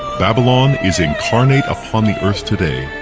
babylon is incarnate upon the earth today,